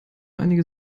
einige